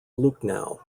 lucknow